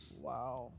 Wow